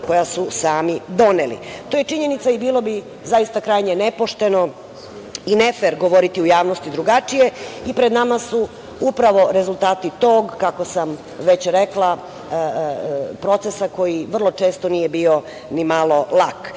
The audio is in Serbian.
koja su sami doneli. To je činjenica i bilo bi zaista krajnje nepošteno i nefer govoriti u javnosti drugačije i pred nama su upravo rezultati tog, kako sam već rekla procesa koji vrlo često nije bio ni malo lak.U